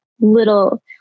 little